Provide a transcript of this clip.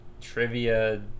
Trivia